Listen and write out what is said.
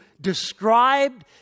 described